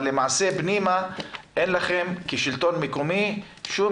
אבל למעשה פנימה אין לכם כשלטון מקומי שום